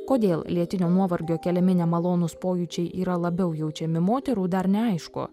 kodėl lėtinio nuovargio keliami nemalonūs pojūčiai yra labiau jaučiami moterų dar neaišku